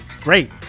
Great